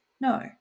No